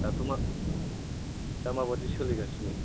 दाथ' मा दा माबादि सोलिगासिनो